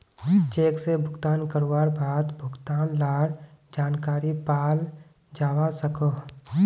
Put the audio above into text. cheque से भुगतान करवार बाद भुगतान लार जानकारी पाल जावा सकोहो